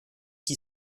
qui